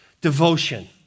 Devotion